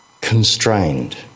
constrained